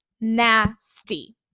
Nasty